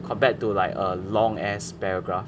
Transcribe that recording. compared to like a long ass paragraph